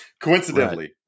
Coincidentally